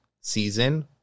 season